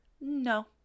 No